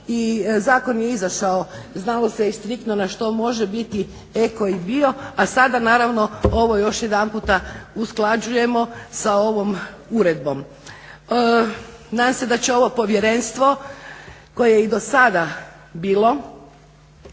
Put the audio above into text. I zakon je izašao, znalo se i striktno na što može biti eko i bio. A sada naravno ovo još jedanput usklađujemo sa ovom uredbom. Nadam se da će ovo povjerenstvo koje je i do sada bilo